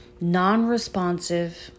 non-responsive